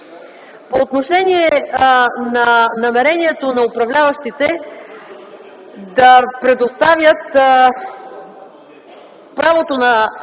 По отношение намерението на управляващите да предоставят правото на